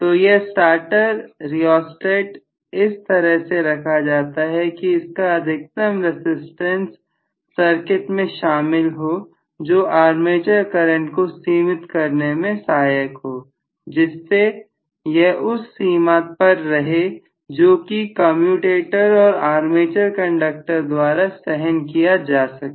तो यह starter rheostat इस तरह से रखा जाता है कि इसका अधिकतम रसिस्टेंस सर्किट में शामिल हो जो आर्मेचर करंट को सीमित करने में सहायक हो जिससे यह उस सीमा पर रहे जो कि कमयुटेटर और आर्मेचर कंडक्टर द्वारा सहन किया जा सके